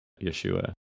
Yeshua